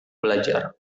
belajar